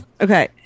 Okay